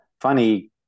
funny